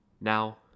Now